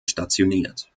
stationiert